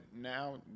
now